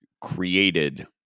created